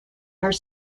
are